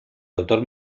autor